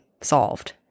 solved